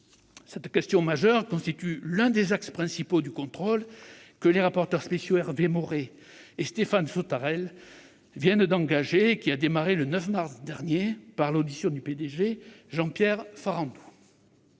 Cette question majeure constitue l'un des axes principaux du contrôle que les rapporteurs spéciaux Hervé Maurey et Stéphane Sautarel viennent d'engager et qui a démarré le 9 mars dernier par l'audition du P-DG Jean-Pierre Farandou.